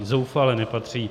Zoufale nepatří.